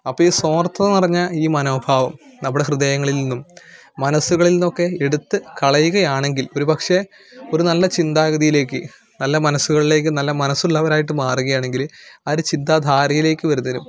അപ്പോൾ ഈ സ്വാർത്ഥത നിറന്ന ഈ മനോഭാവം നമ്മുടെ ഹൃദയങ്ങളിൽ നിന്നും മനസ്സുകളിൽ നിന്നും ഒക്കെ എടുത്ത് കളയുകയാണെങ്കിൽ ഒരുപക്ഷേ ഒരു നല്ല ചിന്താഗതിയിലേക്ക് നല്ല മനസുകളിലേക്ക് നല്ല മനസ്സുള്ളവരായിട്ട് മാറുകയാണെങ്കില് ആ ചിന്താധാരയിലേക്ക് വരുന്നതിനും